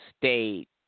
State